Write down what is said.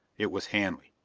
it was hanley.